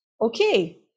Okay